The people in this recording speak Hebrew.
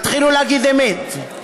תתחילו להגיד אמת.